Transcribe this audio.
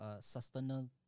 sustainable